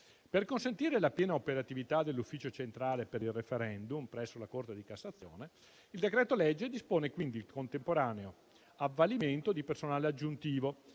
Per consentire la piena operatività dell'Ufficio centrale per il referendum presso la Corte di cassazione, il decreto-legge dispone quindi un temporaneo avvalimento di personale aggiuntivo